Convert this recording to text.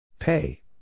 Pay